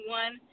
one